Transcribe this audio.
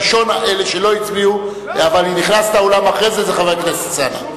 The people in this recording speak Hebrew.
ראשון אלה שלא הצביעו אבל נכנס לאולם אחרי זה הוא חבר הכנסת אלסאנע.